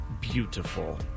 beautiful